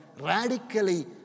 radically